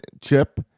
chip